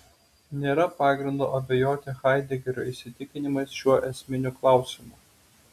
nėra pagrindo abejoti haidegerio įsitikinimais šiuo esminiu klausimu